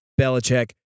Belichick